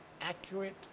accurate